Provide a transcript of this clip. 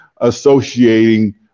associating